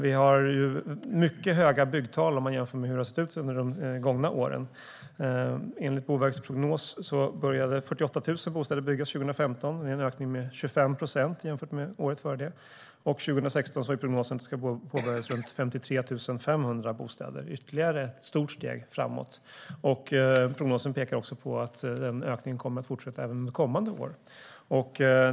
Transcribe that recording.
Vi har mycket höga byggtal jämfört med hur det har sett ut under de gångna åren. Enligt Boverkets prognos började 48 000 bostäder att byggas 2015. Det är en ökning med 25 procent jämfört med året innan. I år är prognosen att det ska påbörjas runt 53 500 bostäder - ytterligare ett stort steg framåt. Prognosen pekar också på att ökningen kommer att fortsätta även under kommande år.